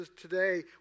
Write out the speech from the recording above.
today